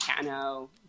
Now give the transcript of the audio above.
piano